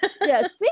yes